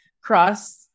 cross